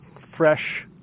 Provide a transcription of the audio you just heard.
fresh